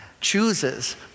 chooses